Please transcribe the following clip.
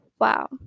wow